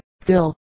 Fill